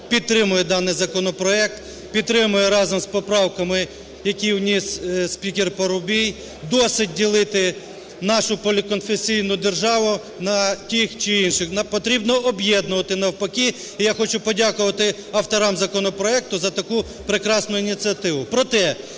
підтримує даний законопроект, підтримує разом з поправками, які вніс спікер Парубій. Досить ділити нашу поліконфесійну державу на тих чи інших, потрібно об'єднувати навпаки. І я хочу подякувати авторам законопроекту за таку прекрасну ініціативу.